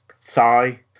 thigh